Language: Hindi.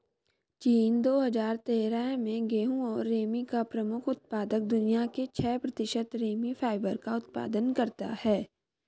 चीन, दो हजार तेरह में गेहूं और रेमी का प्रमुख उत्पादक, दुनिया के छह प्रतिशत रेमी फाइबर का उत्पादन करता है